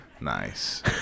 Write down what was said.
Nice